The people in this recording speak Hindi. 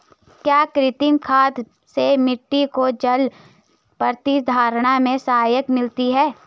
क्या कृमि खाद से मिट्टी को जल प्रतिधारण में सहायता मिलती है?